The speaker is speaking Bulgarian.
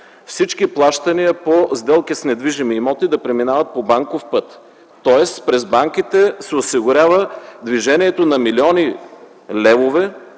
всички плащания по сделки с недвижими имоти да преминават по банков път, тоест през банките се осигурява движението на милиони левове,